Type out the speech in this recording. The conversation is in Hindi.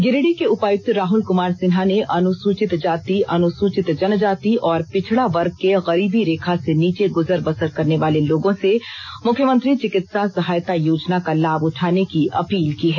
गिरिडीह के उपायुक्त रहल कुमार सिन्हा ने अनुसूचित जाति अनुसूचित जनजाति और पिछड़ा वर्ग के गरीबी रेखा से नीचे गुजर बसर करने वाले लोगों से मुख्यमंत्री चिकित्सा सहायता योजना का लाभ उठाने की अपील की है